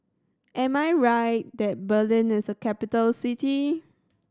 am I right that Berlin is a capital city